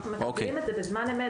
אנחנו מקבלים את זה בזמן אמת,